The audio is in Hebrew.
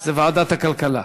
זה ועדת הכלכלה.